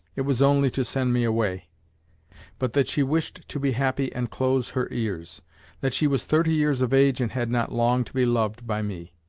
it was only to send me away but that she wished to be happy and close her ears that she was thirty years of age and had not long to be loved by me.